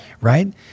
right